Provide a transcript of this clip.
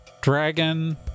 dragon